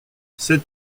sept